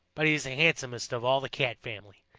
but he is the handsomest of all the cat family.